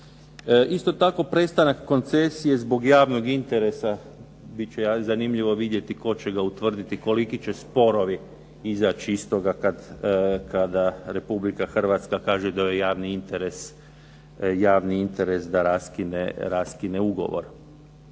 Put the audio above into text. Isto tako prestanak koncesije zbog javnog interesa. Bit će zanimljivo vidjeti tko će ga utvrditi, koliki će sporovi izaći iz toga kada Republika Hrvatska kaže da joj javni interes da raskine ugovor.